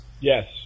yes